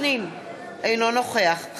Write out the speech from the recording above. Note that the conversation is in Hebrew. אינו נוכח יצחק וקנין,